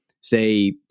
say